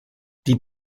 die